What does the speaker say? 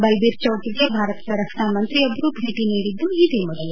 ಬಲ್ಬೀರ್ ಚೌಕಿಗೆ ಭಾರತದ ರಕ್ಷಣಾಮಂತ್ರಿಯೊಬ್ಬರು ಭೇಟ ನೀಡಿದ್ದು ಇದೇ ಮೊದಲು